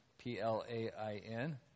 P-L-A-I-N